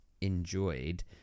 enjoyed